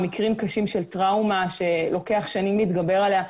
מקרים קשים של טראומה שלוקח שנים להתגבר עליה.